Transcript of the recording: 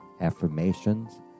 affirmations